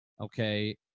okay